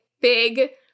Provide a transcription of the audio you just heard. big